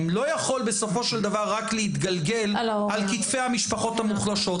לא יכול בסופו של דבר רק להתגלגל על כתפי המשפחות המוחלשות.